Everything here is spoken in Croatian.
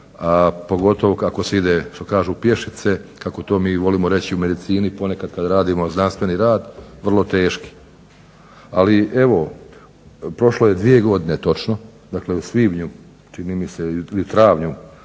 pogotovo ako se ide što kažu pješice, kako to mi volimo reći u medicini ponekad kad radimo znanstveni rad, vrlo teški. Ali evo prošlo je dvije godine točno, dakle u svibnju čini mi se ili travnju